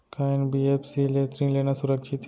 का एन.बी.एफ.सी ले ऋण लेना सुरक्षित हे?